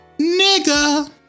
nigga